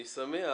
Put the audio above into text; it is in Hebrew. אני שמח,